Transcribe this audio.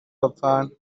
bapfana